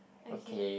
okay